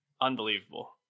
Unbelievable